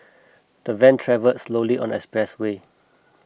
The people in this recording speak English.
the van travelled slowly on the expressway